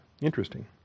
Interesting